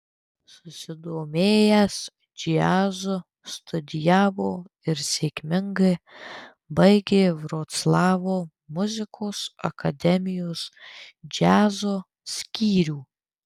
susidomėjęs džiazu studijavo ir sėkmingai baigė vroclavo muzikos akademijos džiazo skyrių